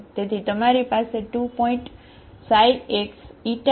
તેથી તમારી પાસે 2∙ ξxxuξη છે બરાબર